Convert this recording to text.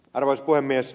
arvoisa puhemies